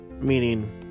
meaning